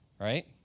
right